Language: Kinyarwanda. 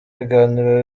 biganiro